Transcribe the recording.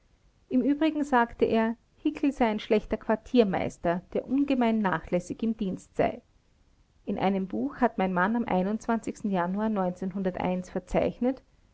im übrigen sagte er hickel sei ein schlechter quartiermeister der ungemein nachlässig im dienst sei in einem buch hat mein mann am januar verzeichnet